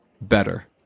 Better